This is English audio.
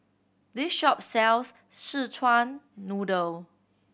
this shop sells Szechuan Noodle